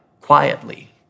quietly